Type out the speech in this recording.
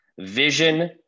vision